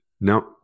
No